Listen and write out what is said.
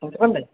বুঝতে পারলে